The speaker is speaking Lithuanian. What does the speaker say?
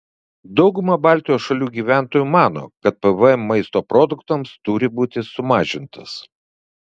dauguma baltijos šalių gyventojų mano kad pvm maisto produktams turi būti sumažintas